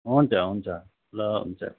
हुन्छ हुन्छ ल हुन्छ